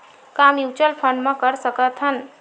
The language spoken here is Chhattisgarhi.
का म्यूच्यूअल फंड म कर सकत हन?